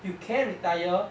you can retire